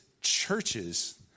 churches